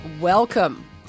welcome